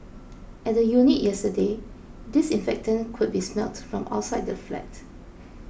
at the unit yesterday disinfectant could be smelt from outside the flat